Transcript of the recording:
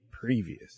previous